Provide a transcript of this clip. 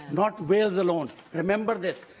not wales alone. remember this.